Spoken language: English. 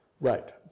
Right